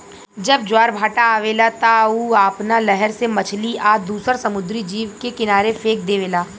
जब ज्वार भाटा आवेला त उ आपना लहर से मछली आ दुसर समुंद्री जीव के किनारे फेक देवेला